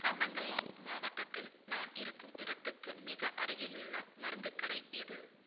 தமெங்கலாங் மாவட்டத்தில் நான் இருக்கும் இடத்துக்கு மிக அருகிலுள்ள மருந்துக் கடை எது